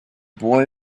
boy